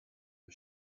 the